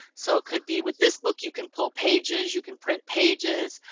so it could be with this book you can pull pages, you can print pages,